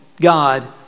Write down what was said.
God